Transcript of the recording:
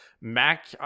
Mac